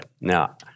Now